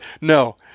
no